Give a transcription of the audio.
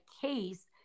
case